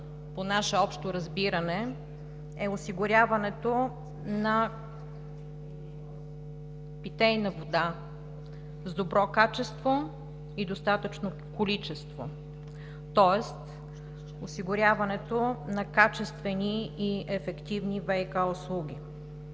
по наше общо разбиране, е осигуряването на питейна вода с добро качество и достатъчно количество, тоест осигуряването на качествени и ефективни ВиК услуги,